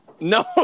No